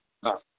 ആ